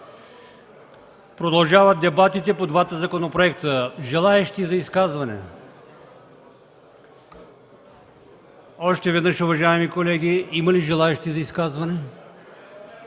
Продължават дебатите по двата законопроекта. Желаещи за изказвания? Още веднъж, уважаеми колеги: има ли желаещи за изказвания?